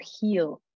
heal